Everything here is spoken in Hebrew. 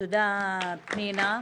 מודה לכולם,